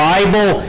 Bible